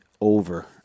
over